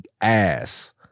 ass